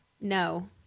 No